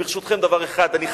ברשותכם, דבר אחד אני חייב,